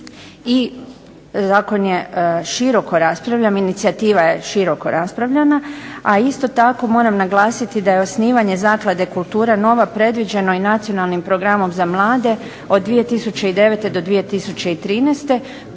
i zakon je široko raspravljen. Inicijativa je široko raspravljena, a isto tako moram naglasiti da je osnivanje zaklade "Kultura nova" predviđeno i nacionalnim programom za mlade od 2009. do 2013.